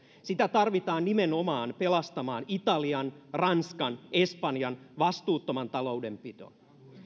sitä tarvitaan nimenomaan pelastamaan italian ranskan ja espanjan vastuuton taloudenpito